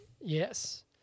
Yes